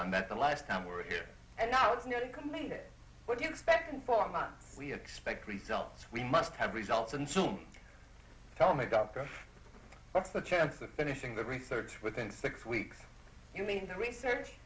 on that the last time we were here and now it's nearly completed what do you expect in four months we expect results we must have results and so tell me governor what's the chance of finishing the research within six weeks you mean the research